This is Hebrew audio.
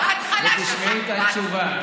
ותשמעי את התשובה.